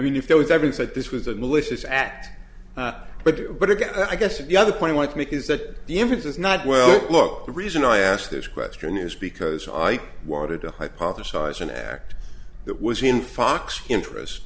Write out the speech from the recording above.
mean if there was evidence that this was a malicious act but but again i guess and the other point i want to make is that the inference is not well look the reason i asked this question is because i wanted to hypothesize an act that was seen fox interest